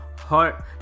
heart